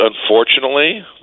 unfortunately